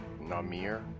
NAMIR